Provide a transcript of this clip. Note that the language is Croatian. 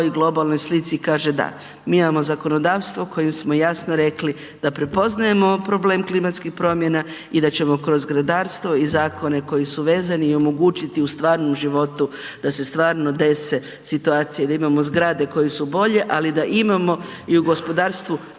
globalnoj slici kaže da. Mi imamo zakonodavstvo kojim smo jasno rekli da prepoznajemo problem klimatskih promjena i da ćemo kroz zgradarstvo i zakone koji su vezani i omogućiti u stvarnom životu da se stvarno dese situacije i da imamo zgrade koje su bolje, ali da imamo i u gospodarstvu